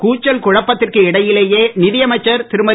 கூச்சல் குழப்பத்திற்கு இடையிலேயே நிதியமைச்சர் திருமதி